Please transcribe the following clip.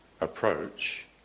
approach